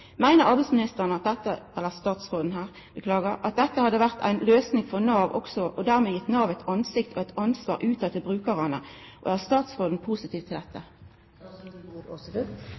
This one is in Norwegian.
Meiner statsråden at dette hadde vore ei løysing òg for Nav som dermed hadde gitt Nav eit ansikt og eit ansvar ut til brukarane? Er statsråden positiv til dette?